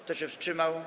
Kto się wstrzymał?